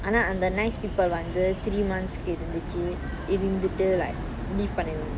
ஆனா அந்த:aana antha nice people வந்து:vanthu three months கு இருந்துச்சி இருந்துட்டு:ku irunthuchi irunthuttu like deep பண்ணிருவாங்க:panniruvanga